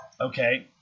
Okay